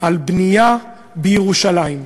על בנייה בירושלים.